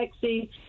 sexy